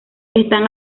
están